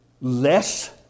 Less